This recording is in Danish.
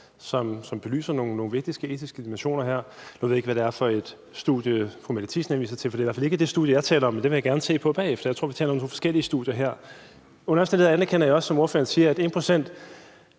som belyser nogle vigtige etiske dimensioner her. Nu ved jeg ikke, hvad det er for et studie, fru Mette Thiesen henviser til, for det er i hvert fald ikke det studie, jeg taler om. Men det vil jeg gerne se bagefter. Jeg tror, vi taler om to forskellige studier her. Under alle omstændigheder anerkender jeg også, hvad ordføreren siger, i forhold